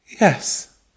yes